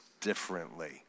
differently